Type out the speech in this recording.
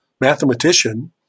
mathematician